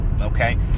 okay